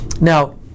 Now